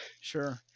Sure